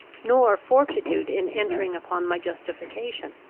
nor fortitude in entering upon my justification.